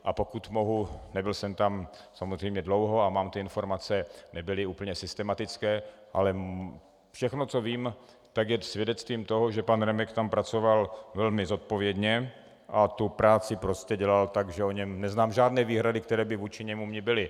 A pokud mohu, nebyl jsem tam samozřejmě dlouho a mám ty informace, nebyly úplně systematické, ale všechno, co vím, je svědectvím toho, že pan Remek tam pracoval velmi zodpovědně a tu práci dělal prostě tak, že o něm neznám žádné výhrady, které by vůči němu byly.